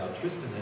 Tristan